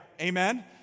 Amen